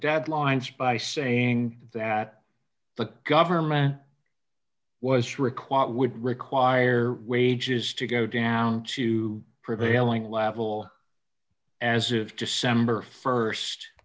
deadlines by saying that the government was required would require wages to go down to prevailing level as of december